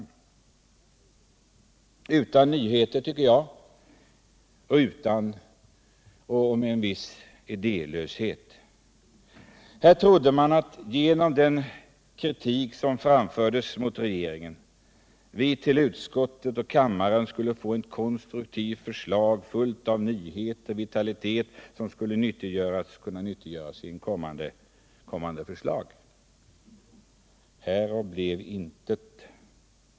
De var utan nyheter, tycker jag, och karakteriserades av en viss idélöshet. Jag hade trott att den kritik som framförts mot regeringen skulle följas av konstruktiva förslag, fulla av nyheter och vitalitet, vilka skulle kunna nyttiggöras för framtiden. Härav blev intet.